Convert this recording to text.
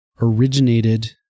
originated